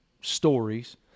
stories